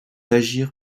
agir